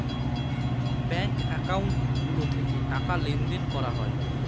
ব্যাঙ্কে একাউন্ট গুলো থেকে টাকা লেনদেন করা হয়